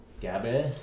Gabby